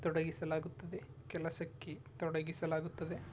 ತೊಡಗಿಸಲಾಗುತ್ತದೆ ಕೆಲಸಕ್ಕೆ ತೊಡಗಿಸಲಾಗುತ್ತದೆ